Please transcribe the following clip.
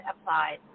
applied